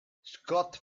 scott